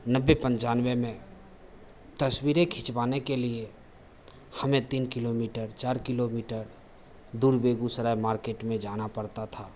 नब्बे पंचानवे में तस्वीरें खिंचवाने में हमें तीन किलोमीटर चार किलोमीटर दूर बेगूसराय मार्केट में जाना पड़ता था